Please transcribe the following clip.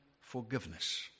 forgiveness